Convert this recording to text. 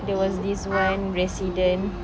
there was this one resident